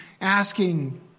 asking